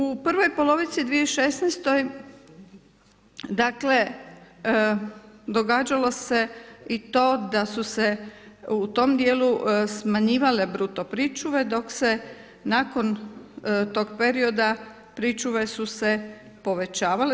U prvoj polovici 2016. dakle, događalo se i to da su se u tom dijelu smanjivale bruto pričuve, dok se nakon tog perioda pričuve su se povećavale.